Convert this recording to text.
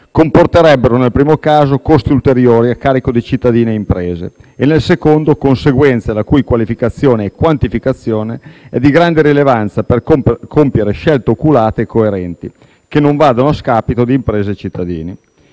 comporterebbero, nel primo caso, costi ulteriori a carico di cittadini e imprese e, nel secondo, conseguenze la cui qualificazione e quantificazione è di grande rilevanza per compiere scelte oculate e coerenti, che non vadano a scapito di imprese e cittadini;